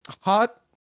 Hot